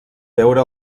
veure